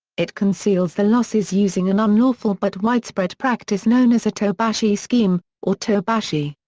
it conceals the losses using an unlawful but widespread practice known as a tobashi scheme, or tobashi.